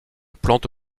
plante